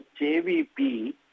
JVP